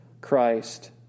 Christ